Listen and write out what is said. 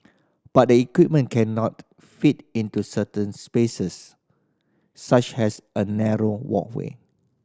but the equipment cannot fit into certain spaces such as a narrow walkway